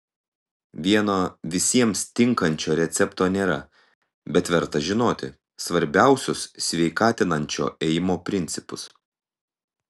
vieno visiems tinkančio recepto nėra bet verta žinoti svarbiausius sveikatinančio ėjimo principus